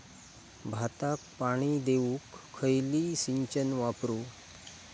भाताक पाणी देऊक खयली सिंचन वापरू?